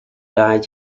died